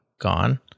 gone